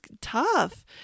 tough